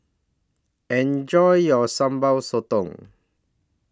Enjoy your Sambal Sotong